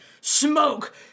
smoke